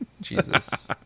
Jesus